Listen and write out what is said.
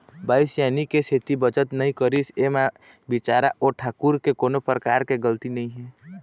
बाई सियानी के सेती बचत नइ करिस ऐमा बिचारा ओ ठाकूर के कोनो परकार के गलती नइ हे